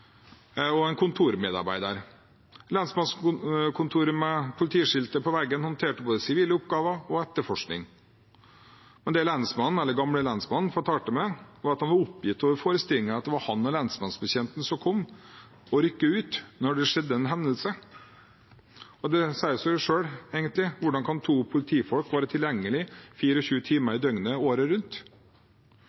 kontormedarbeider. Lensmannskontoret med politiskilt på veggen håndterte både sivile oppgaver og etterforskning. Det som «gamlelensmannen» fortalte meg, var at han var oppgitt over forestillingen om at det var han og lensmannsbetjenten som kom og rykket ut ved en hendelse. Det sier seg selv, egentlig: Hvordan kan to politifolk være tilgjengelig 24 timer i døgnet, året rundt?